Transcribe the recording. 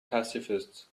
pacifist